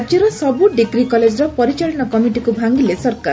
ରାକ୍ୟର ସବୁ ଡିଗ୍ରୀ କଲେକର ପରିଚାଳନା କମିଟିକୁ ଭାଙ୍ଗିଲେ ସରକାର